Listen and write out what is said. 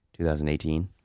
2018